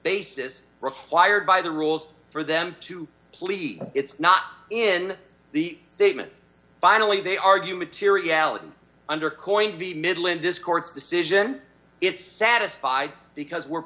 basis required by the rules for them to plead it's not in the statement finally they argue materiality under coined the middle and this court's decision it's satisfied because we're